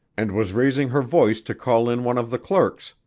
and was raising her voice to call in one of the clerks,